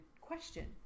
question